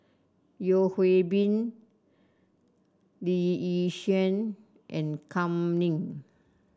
Yeo Hwee Bin Lee Yi Shyan and Kam Ning